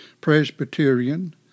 Presbyterian